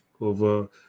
over